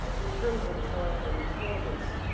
in terms of of intelligence